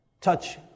touch